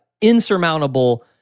insurmountable